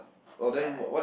ya